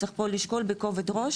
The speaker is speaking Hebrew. צריך פה לשקול בכובד ראש.